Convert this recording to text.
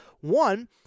One